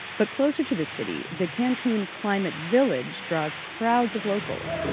but closer to the city, the cancun climate village draws crowds of locals